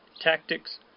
tactics